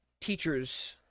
teachers